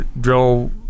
drill